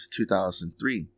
2003